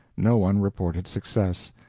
no one reported success,